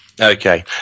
Okay